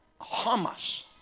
hamas